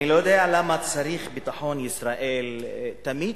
אני לא יודע למה צריך ביטחון ישראל תמיד